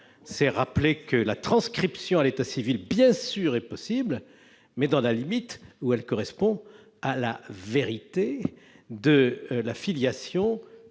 c'est rappeler que la transcription à l'état civil français est bien sûr possible, mais dans la limite où elle correspond à la vérité de la filiation,